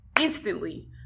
instantly